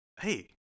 hey